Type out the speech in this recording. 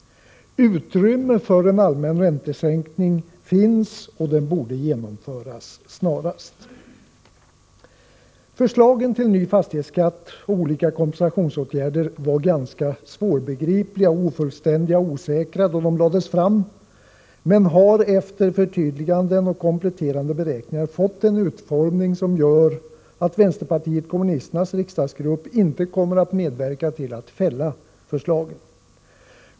Utrymme för en allmän räntesänkning finns, och den borde genomföras snarast. Förslagen till en ny fastighetsskatt och olika kompensationsåtgärder var ganska svårbegripliga, ofullständiga och osäkra då de lades fram men har efter förtydliganden och kompletterande beräkningar fått en utformning som gör att vänsterpartiet kommunisternas riksdagsgrupp inte kommer att medverka till att fälla förslagen.